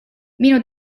minu